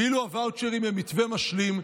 ואילו הוואוצ'רים הם מתווה משלים,